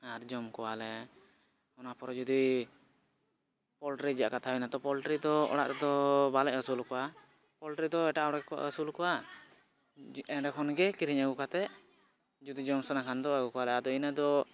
ᱟᱨ ᱡᱚᱢ ᱠᱚᱣᱟᱞᱮ ᱟᱨ ᱚᱱᱟ ᱯᱚᱨᱮ ᱡᱩᱫᱤ ᱯᱚᱞᱴᱨᱤ ᱨᱮᱭᱟᱜ ᱠᱟᱛᱷᱟ ᱦᱩᱭᱱᱟ ᱛᱚ ᱯᱚᱞᱴᱨᱤ ᱫᱚ ᱚᱲᱟᱜ ᱨᱮᱫᱚ ᱵᱟᱞᱮ ᱟᱹᱥᱩᱞ ᱠᱚᱣᱟ ᱯᱚᱞᱴᱨᱤ ᱫᱚ ᱮᱴᱟᱜ ᱦᱚᱲ ᱠᱚ ᱟᱹᱥᱩᱞ ᱠᱚᱣᱟ ᱚᱸᱰᱮ ᱠᱷᱚᱱ ᱜᱮ ᱠᱤᱨᱤᱧ ᱟᱹᱜᱩ ᱠᱟᱛᱮᱫ ᱡᱩᱫᱤ ᱡᱚᱢ ᱥᱟᱱᱟ ᱠᱷᱟᱱ ᱫᱚ ᱟᱹᱜᱩ ᱠᱚᱣᱟᱞᱮ ᱟᱫᱚ ᱤᱱᱟᱹ ᱫᱚ